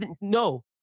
No